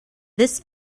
this